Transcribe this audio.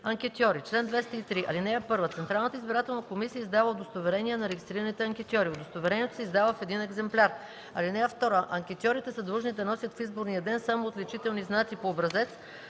„Анкетьори Чл. 203. (1) Централната избирателна комисия издава удостоверения на регистрираните анкетьори. Удостоверението се издава в един екземпляр. (2) Анкетьорите са длъжни да носят в изборния ден само отличителни знаци по образец,